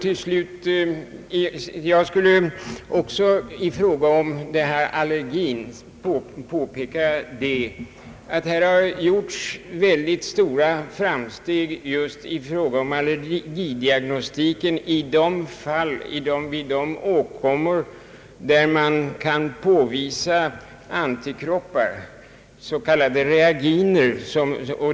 I fråga om allergisjukdomarna har stora framsteg gjorts inom allergidiagnostiken vid åkommor där man kan påvisa antikroppar, s.k. reaginer.